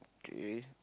K